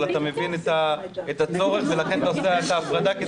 אבל אתה מבין את הצורך ולכן עושה את ההפרדה.